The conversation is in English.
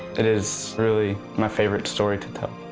it is really my favorite story to tell.